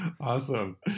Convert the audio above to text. Awesome